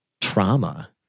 trauma